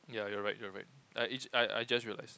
yeah you're right you're right I just realised